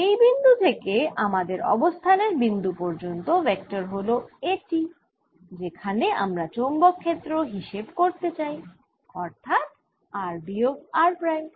এই বিন্দু থেকে আমাদের অবস্থানের বিন্দু পর্যন্ত ভেক্টর হল এটি যেখানে আমরা চৌম্বক ক্ষেত্র হিসেব করতে চাই অর্থাৎ r বিয়োগ r প্রাইম